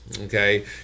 Okay